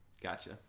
Gotcha